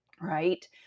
right